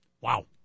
Wow